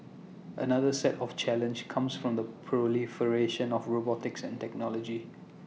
another set of challenge comes from the proliferation of robotics and technology